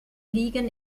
liegen